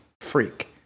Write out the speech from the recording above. freak